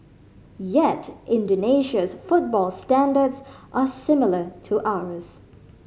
yet Indonesia's football standards are similar to ours